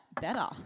better